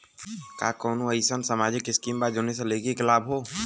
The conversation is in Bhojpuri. का कौनौ अईसन सामाजिक स्किम बा जौने से लड़की के लाभ हो?